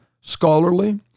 scholarly